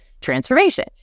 transformation